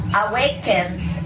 awakens